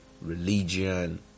religion